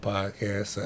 Podcast